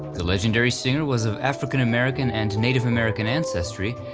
the legendary singer was of african-american and native-american ancestry,